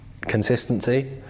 consistency